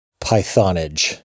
Pythonage